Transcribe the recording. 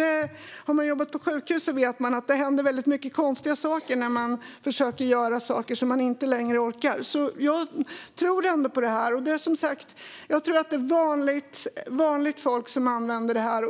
Den som har jobbat på sjukhus vet att det händer väldigt mycket konstiga saker när människor försöker göra sådant de inte längre orkar. Jag tror ändå på detta. Jag tror att det är vanligt folk som kommer att använda det här.